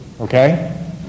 okay